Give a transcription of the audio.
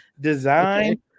design